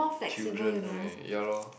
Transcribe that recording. children right ya lor